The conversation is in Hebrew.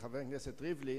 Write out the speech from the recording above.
לחבר הכנסת ריבלין.